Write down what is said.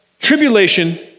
tribulation